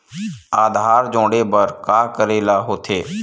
आधार जोड़े बर का करे ला होथे?